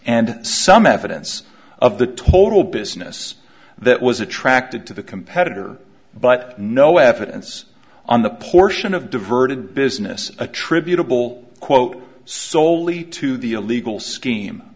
and some evidence of the total business that was attracted to the competitor but no evidence on the portion of diverted business attributable quote soley to the illegal scheme